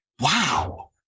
wow